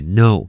no